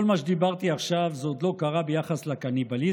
כל מה שדיברתי עכשיו עוד לא קרה ביחס לקניבליזם,